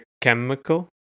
chemical